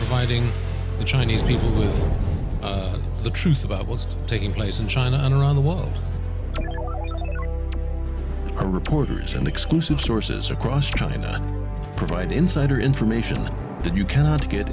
fighting the chinese people is the truth about what's taking place in china and around the world are reporters and exclusive sources across china provide insider information that you cannot get